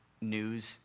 news